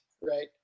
Right